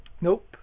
Nope